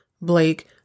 Blake